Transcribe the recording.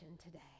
today